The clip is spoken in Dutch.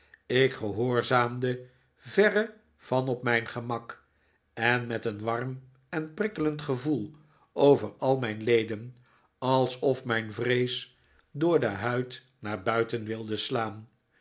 ik gehoorzaamde verre van op mijn gemak en met een warm en prikkelend gevoel over al mijn leden alsof mijn vrees door de huid naar buiten wilde slaan